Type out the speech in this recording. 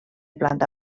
planta